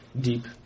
deep